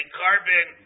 carbon